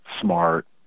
smart